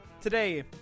Today